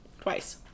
Twice